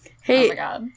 Hey